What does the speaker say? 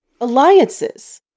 Alliances